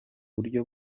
buryo